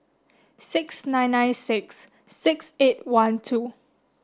six nine nine six six eight one two